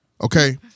Okay